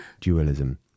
dualism